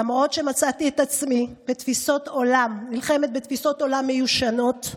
למרות שמצאתי את עצמי נלחמת בתפיסות עולם מיושנות,